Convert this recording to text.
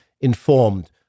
informed